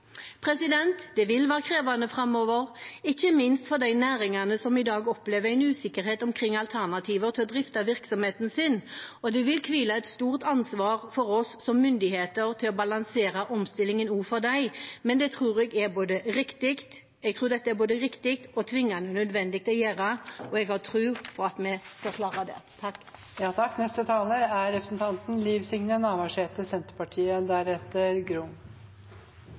Det vil være krevende framover, ikke minst for de næringene som i dag opplever en usikkerhet omkring alternativet til å drive virksomheten sin, og det vil hvile et stort ansvar på oss som myndigheter for å balansere omstillingen også for dem. Men jeg tror dette er både riktig og tvingende nødvendig å gjøre, og jeg har tro på at vi skal klare det. Det hastar med å omstille det norske samfunnet i fossilfri retning, både fordi Noreg er